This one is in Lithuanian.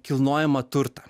kilnojamą turtą